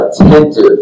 attentive